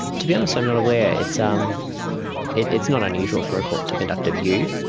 to be honest, i'm not aware. it's um it's not unusual for a court to conduct a view,